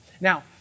Now